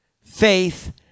Faith